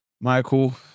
Michael